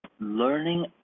learning